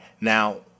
Now